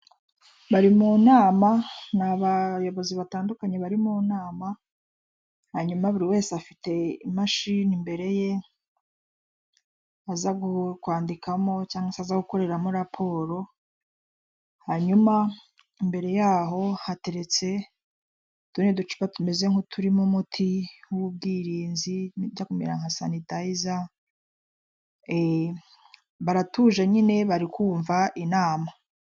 Bari mu nama ni abayobozi batandukanye bari mu nama hanyuma buri wese afite imashini imbere ye, aza guhuhwa kwandikamo cyangwa se aza gukoreramo raporo hanyuma mbere yaho hateretse udundi ducupa tumeze nk'uturimo umuti w'ubwirinzi ujya kumera nka sanitayiza eh, baratuje nyine bari kumva inama.